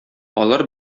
алар